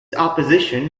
opposition